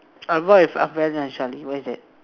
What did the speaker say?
I go out with ah-Ben and Shally where is it